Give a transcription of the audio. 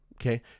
Okay